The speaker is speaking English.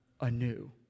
anew